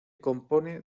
compone